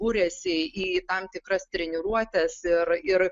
buriasi į tam tikras treniruotes ir ir